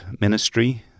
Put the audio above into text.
ministry